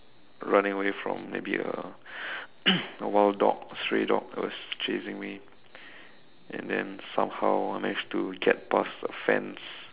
running away from maybe a a wild dog stray dog that was chasing me and then somehow I managed to get past a fence